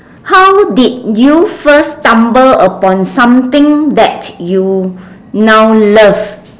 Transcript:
how did you first stumble upon something that you now love